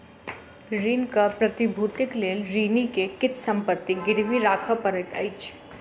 ऋणक प्रतिभूतिक लेल ऋणी के किछ संपत्ति गिरवी राखअ पड़ैत अछि